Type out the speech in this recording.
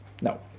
no